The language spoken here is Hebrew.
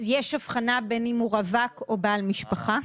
יש הבחנה בין אם הוא רווק או בעל משפחה.